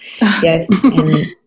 yes